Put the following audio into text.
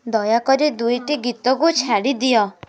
ଦୟାକରି ଦୁଇଟି ଗୀତକୁ ଛାଡ଼ି ଦିଅ